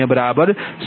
1438j0